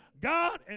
God